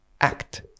act